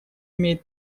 имеет